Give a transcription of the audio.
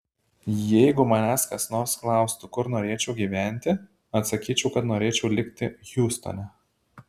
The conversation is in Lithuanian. jeigu manęs kas nors klaustų kur norėčiau gyventi atsakyčiau kad norėčiau likti hjustone